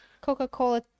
Coca-Cola